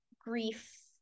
grief